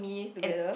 and